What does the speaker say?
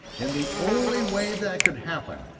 and the only way that could happen,